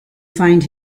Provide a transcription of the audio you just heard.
find